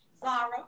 Zara